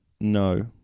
No